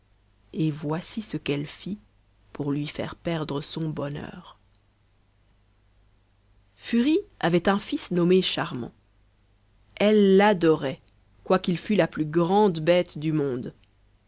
et voici ce qu'elle fit pour lui faire perdre son bonheur furie avait un fils nommé charmant elle l'adorait quoiqu'il fût la plus grande bête du monde